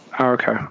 okay